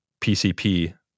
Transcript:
PCP